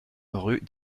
rue